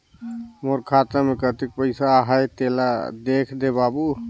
मोर खाता मे कतेक पइसा आहाय तेला देख दे बाबु?